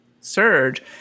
surge